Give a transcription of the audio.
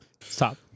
stop